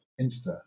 insta